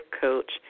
Coach